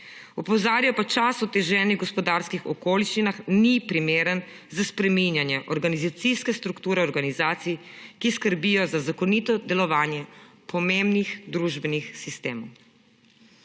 Opozarja pa, da »čas v oteženih gospodarskih okoliščinah ni primeren za spreminjanje organizacijske strukture organizacij, ki skrbijo za zakonito delovanje pomembnih družbenih sistemov«.